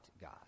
god